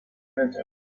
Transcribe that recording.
better